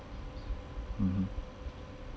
mmhmm